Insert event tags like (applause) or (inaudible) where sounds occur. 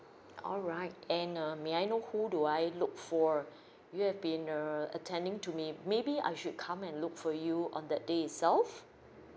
alright and uh may I know who do I look for (breath) you have been err attending to me maybe I should come and look for you on that day itself